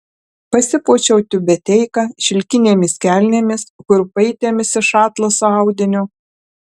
pasipuošiau tiubeteika šilkinėmis kelnėmis kurpaitėmis iš atlaso audinio